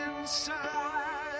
inside